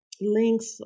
links